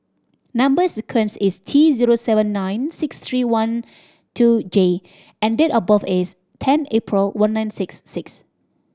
number sequence is T zero seven nine six three one two J and date of birth is ten April one nine six six